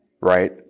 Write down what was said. right